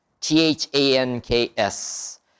T-H-A-N-K-S